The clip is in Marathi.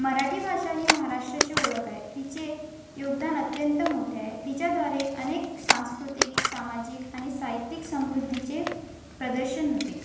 मराठी भाषा ही महाराष्ट्राची ओळख आहे तिचे योगदान अत्यंत मोठे आहे तिच्याद्वारे अनेक सांस्कृतिक सामाजिक आणि साहित्यिक समृद्धीचे प्रदर्शन होते